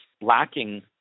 lacking